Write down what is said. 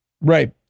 right